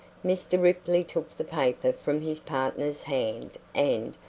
mr. ripley took the paper from his partner's hand and,